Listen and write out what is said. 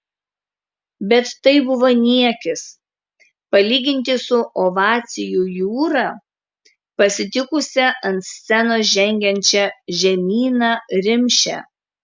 bet tai buvo niekis palyginti su ovacijų jūra pasitikusia ant scenos žengiančią žemyną rimšę